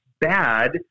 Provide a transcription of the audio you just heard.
bad